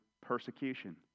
persecution